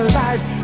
life